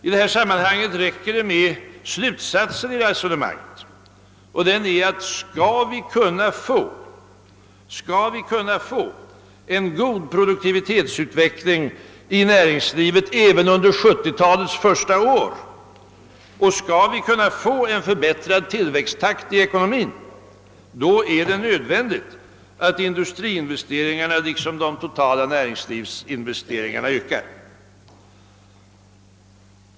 I detta sammanhang räcker det med slutsatsen i resonemanget, vilken är: Skall vi kunna få en god produktivitetsutveckling i näringslivet även under 1970-talets första år och skall vi kunna få en förbättrad tillväxttakt i ekonomin, är det nödvändigt att industriinvesteringarna, liksom de totala näringslivsinvesteringarna, ökar.